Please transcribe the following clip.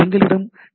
எங்களிடம் டி